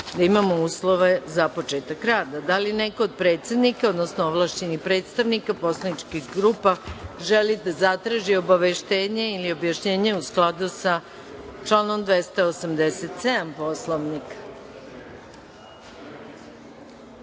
da imamo uslove za početak rada. Da li neko od predsednika, odnosno ovlašćenih predstavnika poslaničkih grupa želi da zatraži obaveštenje ili objašnjenje u skladu sa članom 287. Poslovnika?